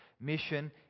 Mission